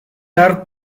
dar